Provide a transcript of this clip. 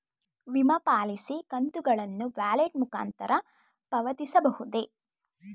ವಿಮಾ ಪಾಲಿಸಿ ಕಂತುಗಳನ್ನು ವ್ಯಾಲೆಟ್ ಮುಖಾಂತರ ಪಾವತಿಸಬಹುದೇ?